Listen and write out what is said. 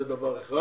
זה דבר אחד.